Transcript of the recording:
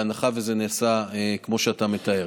בהנחה שזה נעשה כמו שאתה מתאר.